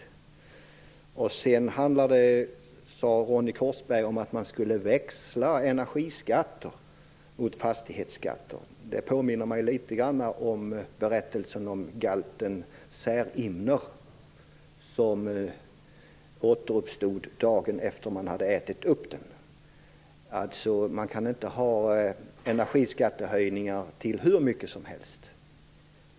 Ronny Korsberg talade också om att växla fastighetsskatten mot en energiskatt. Det påminner litet grand om berättelsen om galten Särimner, som återuppstod dagen efter det att den hade ätits upp. Man kan inte använda energiskattehöjningar till hur mycket som helst.